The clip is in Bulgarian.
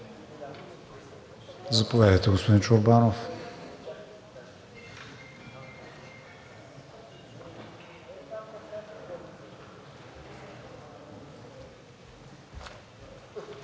Заповядайте, господин Чорбанов.